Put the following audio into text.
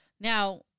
Now